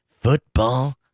Football